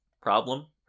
problem